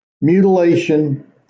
mutilation